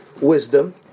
wisdom